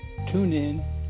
TuneIn